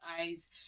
eyes